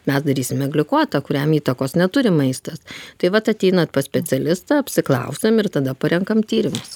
mes darysime glikuotą kuriam įtakos neturi maistas tai vat ateinat pas specialistą apsiklausiam ir tada parenkam tyrimus